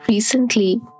Recently